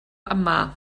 yma